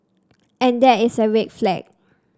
and that is a red flag